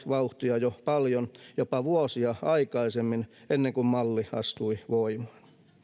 vauhtia jo jo paljon jopa vuosia aikaisemmin kuin malli astui voimaan jotkut